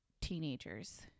teenagers